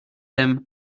them